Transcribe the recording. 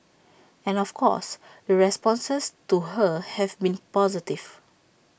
and of course the responses to her have been positive